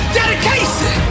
dedication